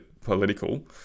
political